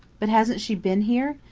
but hasn't she been here?